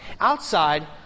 Outside